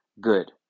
good